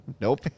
Nope